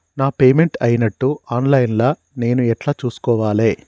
నా పేమెంట్ అయినట్టు online లా నేను ఎట్ల చూస్కోవాలే?